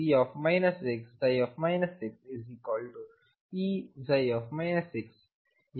ಇದು V ಗೆ ಸಮಾನ ಆಗಿರುತ್ತದೆ